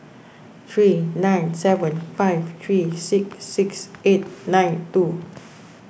three nine seven five three six six eight nine two